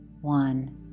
one